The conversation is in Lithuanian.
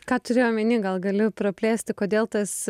ką turi omeny gal gali praplėsti kodėl tas